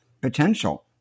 potential